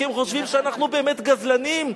כי הם חושבים שאנחנו באמת גזלנים,